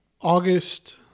August –